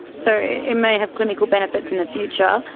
so it may have clinical benefits in the future,